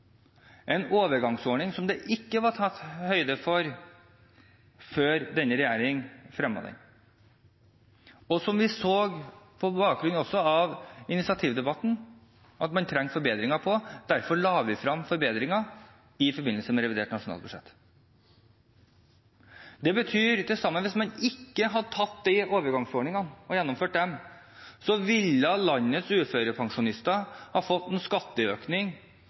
en overgangsordning som det ikke var tatt høyde for før denne regjeringen fremmet den, og som vi så på bakgrunn også av initiativdebatten, trenger forbedringer. Derfor la vi frem forbedringer i forbindelse med revidert nasjonalbudsjett. Det betyr til sammen – hvis man ikke hadde gjennomført overgangsordningen – at landets uførepensjonister ville ha fått en skatteøkning